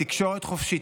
בתקשורת חופשית,